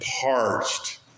parched